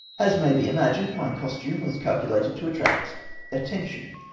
as may be imagined, my costume was calculated to attract attention,